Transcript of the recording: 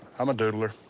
i'm a doodler.